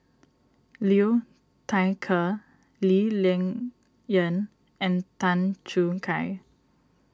Liu Thai Ker Lee Ling Yen and Tan Choo Kai